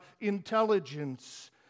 intelligence